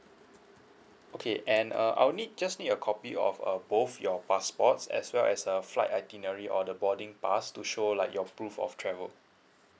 okay and uh I'll need just need a copy of uh both your passports as well as a flight itinerary or the boarding pass to show like your proof of travel